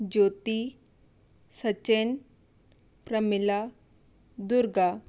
Jyoti Sachin Pramila Durga